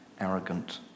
arrogant